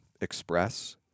express